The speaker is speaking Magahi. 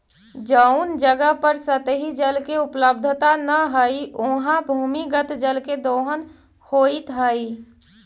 जउन जगह पर सतही जल के उपलब्धता न हई, उहाँ भूमिगत जल के दोहन होइत हई